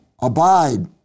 Abide